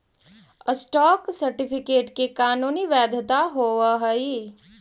stock certificate के कानूनी वैधता होवऽ हइ